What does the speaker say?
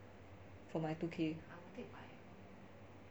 for my two k